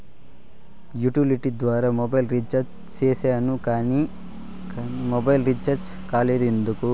Utility ద్వారా mobile recharge సేసాను కానీ నా మొబైల్ రీచార్జి కాలేదు ఎందుకు?